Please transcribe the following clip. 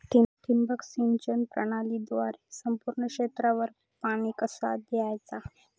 ठिबक सिंचन प्रणालीद्वारे संपूर्ण क्षेत्रावर पाणी कसा दयाचा?